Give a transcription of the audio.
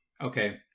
Okay